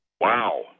wow